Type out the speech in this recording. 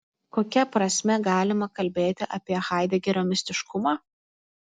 kokia prasme galima kalbėti apie haidegerio mistiškumą